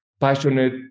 passionate